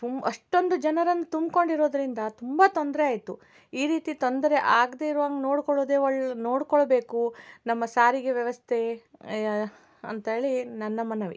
ತುಮ್ ಅಷ್ಟೊಂದು ಜನರನ್ನ ತುಂಬ್ಕೊಂಡಿರೋದರಿಂದ ತುಂಬ ತೊಂದರೆ ಆಯಿತು ಈ ರೀತಿ ತೊಂದರೆ ಆಗದೆ ಇರುವಂಗೆ ನೋಡ್ಕೊಳ್ಳೋದೇ ಒಳ್ ನೋಡಿಕೊಳ್ಬೇಕು ನಮ್ಮ ಸಾರಿಗೆ ವ್ಯವಸ್ಥೆ ಅಂತೇಳಿ ನನ್ನ ಮನವಿ